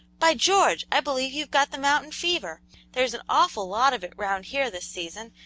by george! i believe you've got the mountain fever there's an awful lot of it round here this season,